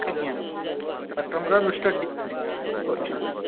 ଆଜ୍ଞା ଡକ୍ଟରଙ୍କର କରୁଛନ୍ତି